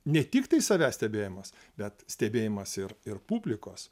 ne tik tai savęs stebėjimas bet stebėjimas ir ir publikos